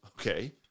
okay